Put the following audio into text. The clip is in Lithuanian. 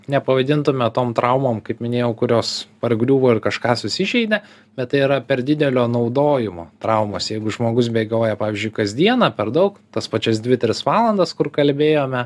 nepavadintume tom traumom kaip minėjau kurios pargriuvo ir kažką susižeidė bet tai yra per didelio naudojimo traumos jeigu žmogus bėgioja pavyzdžiui kasdieną per daug tas pačias dvi tris valandas kur kalbėjome